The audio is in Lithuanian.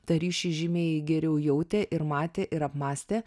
tą ryšį žymiai geriau jautė ir matė ir apmąstė